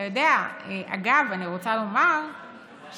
אתה יודע, אגב, אני רוצה לומר שממשלות